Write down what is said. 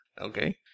Okay